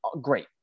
great